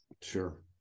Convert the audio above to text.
Sure